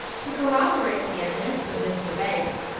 to corroborate the evidence of mr. bates,